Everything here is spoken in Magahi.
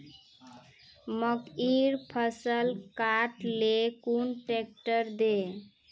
मकईर फसल काट ले कुन ट्रेक्टर दे?